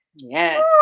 Yes